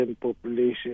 population